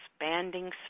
expanding